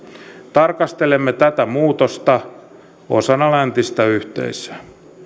tarkastelemme tätä muutosta osana läntistä yhteisöä